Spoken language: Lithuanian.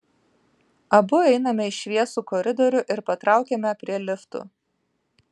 abu einame į šviesų koridorių ir patraukiame prie liftų